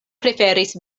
preferis